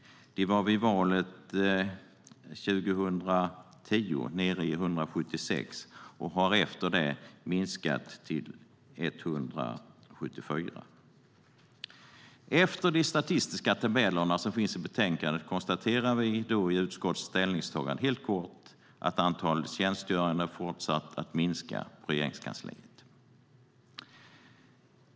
De var vid valet 2010 nere i 176 och har efter det minskat till 174. Efter de statistiska tabellerna i betänkandet konstaterar vi i utskottets ställningstagande helt kort att antalet tjänstgörande fortsatt att minska i Regeringskansliet.